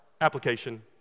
application